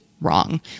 wrong